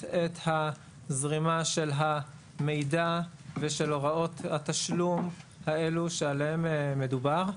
את זרימת המידע והוראות התשלום האלה שעליהן מדובר.